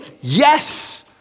yes